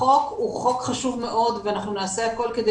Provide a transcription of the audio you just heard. החוק הוא חוק חשוב מאוד ונעשה הכל כדי